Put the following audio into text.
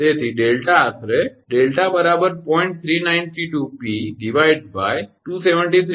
તેથી 𝛿 આશરે 𝛿 0